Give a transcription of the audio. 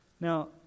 Now